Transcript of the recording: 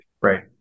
Right